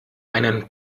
einen